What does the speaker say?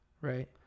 Right